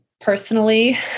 personally